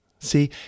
See